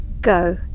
go